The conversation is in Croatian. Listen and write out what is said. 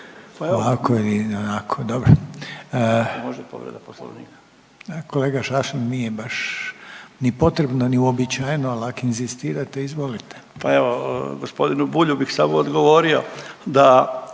Pa evo, g. Bulju bih samo odgovorio da